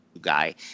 guy